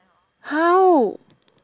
how